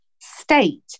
state